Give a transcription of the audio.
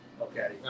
okay